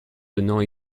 donnant